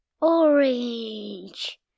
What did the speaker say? orange